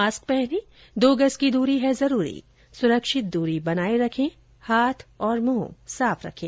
mask पहनें दो गज की दूरी है जरूरी सुरक्षित दूरी बनाए रखें हाथ और मुंह साफ रखें